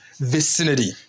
vicinity